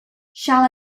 shall